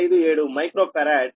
157 micro farad